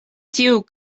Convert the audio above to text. tiu